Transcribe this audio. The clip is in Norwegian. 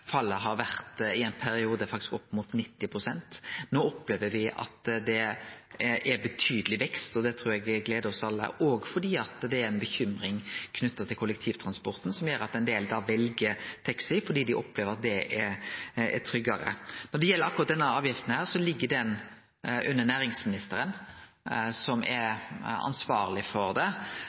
fallet i ein periode faktisk har vore opp mot 90 pst. No opplever me at det er betydeleg vekst, og det trur eg gleder oss alle. Det er bekymring knytt til kollektivtransporten, noko som gjer at ein del vel taxi fordi dei opplever at det er tryggare. Når det gjeld akkurat denne avgifta, ligg ho under næringsministerens område. Det er ho som er ansvarleg for det.